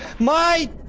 my!